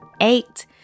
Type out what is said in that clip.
eight